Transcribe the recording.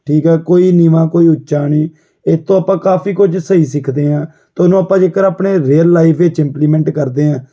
ਠੀਕ ਹੈ ਕੋਈ ਨੀਵਾਂ ਕੋਈ ਉੱਚਾ ਨਹੀਂ ਇਹ ਤੋਂ ਆਪਾਂ ਕਾਫੀ ਕੁਝ ਸਹੀ ਸਿੱਖਦੇ ਹਾਂ ਅਤੇ ਉਹਨੂੰ ਆਪਾਂ ਜੇਕਰ ਆਪਣੇ ਰੀਅਲ ਲਾਈਫ ਵਿੱਚ ਇੰਪਲੀਮੈਂਟ ਕਰਦੇ ਹਾਂ